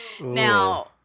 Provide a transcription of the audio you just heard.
Now